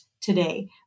today